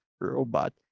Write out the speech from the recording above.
robot